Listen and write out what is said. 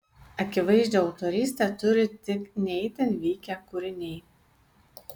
akivaizdžią autorystę turi tik ne itin vykę kūriniai